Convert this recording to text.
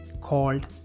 called